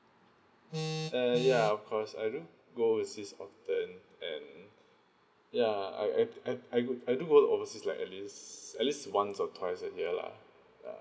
err ya of course I don't go overseas often and ya I I d~ I d~ I do I do go overseas like at least at least once or twice a year lah ya